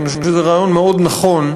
ואני חושב שזה רעיון מאוד נכון,